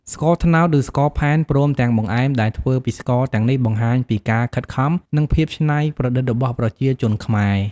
ស្ករត្នោត ឬ ស្ករផែនព្រមទាំងបង្អែមដែលធ្វើពីស្ករទាំងនេះបង្ហាញពីការខិតខំ និងភាពច្នៃប្រឌិតរបស់ប្រជាជនខ្មែរ។